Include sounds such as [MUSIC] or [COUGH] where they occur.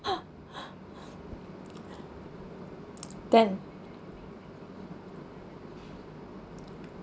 [LAUGHS] then